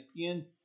ESPN